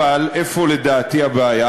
אבל איפה לדעתי הבעיה?